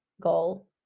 goal